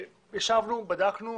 ישבנו, בדקנו,